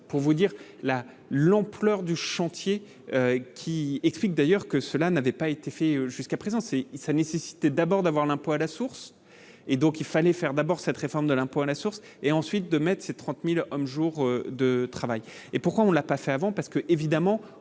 pour vous dire la l'ampleur du chantier qui explique d'ailleurs que cela n'avait pas été fait jusqu'à présent, c'est sa nécessité d'abord d'avoir l'impôt à la source et donc il fallait faire, d'abord, cette réforme de l'impôt à la source et ensuite de Metz, c'est 30000 hommes jours de travail et pourquoi on ne l'a pas fait avant parce que, évidemment,